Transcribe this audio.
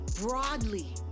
broadly